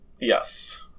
Yes